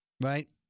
Right